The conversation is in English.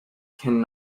can